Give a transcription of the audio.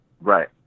Right